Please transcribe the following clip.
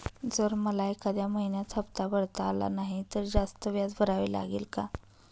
जर मला एखाद्या महिन्यात हफ्ता भरता आला नाही तर जास्त व्याज भरावे लागेल का?